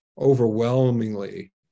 overwhelmingly